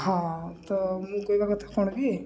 ହଁ ତ ମୁଁ କହିବା କଥା କ'ଣ କି